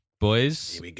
boys